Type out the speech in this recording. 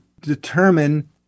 determine